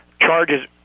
charges